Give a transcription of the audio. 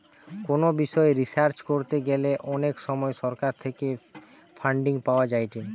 কোনো বিষয় রিসার্চ করতে গ্যালে অনেক সময় সরকার থেকে ফান্ডিং পাওয়া যায়েটে